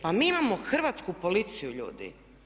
Pa mi imamo hrvatsku policiju ljudi.